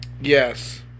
Yes